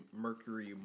Mercury